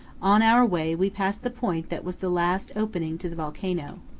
on our way we pass the point that was the last opening to the volcano.